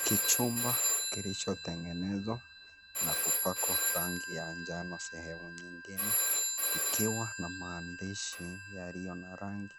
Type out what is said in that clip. Kijumba kilichotengenezwa na kupakwa rangi ya njano sehemu nyingine ikiwa na maandishi yaliyo na rangi